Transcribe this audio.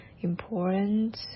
important